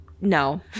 no